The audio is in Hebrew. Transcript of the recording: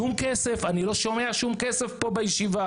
שום כסף, אני לא שומע שום כסף פה בישיבה.